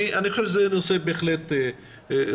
אני חושב שזה נושא בהחלט סופר-חשוב.